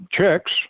checks